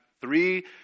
three